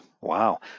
Wow